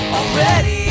already